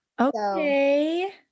Okay